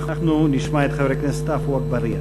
נשמע את חבר הכנסת עפו אגבאריה.